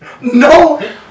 No